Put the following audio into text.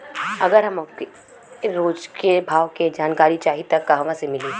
अगर हमके रोज के भाव के जानकारी चाही त कहवा से मिली?